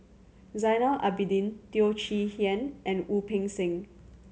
Zainal Abidin Teo Chee Hean and Wu Peng Seng